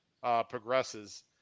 progresses